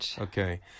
Okay